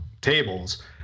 tables